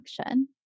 action